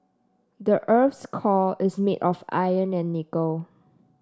the earth's core is made of iron and nickel